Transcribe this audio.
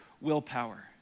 willpower